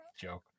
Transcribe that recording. joke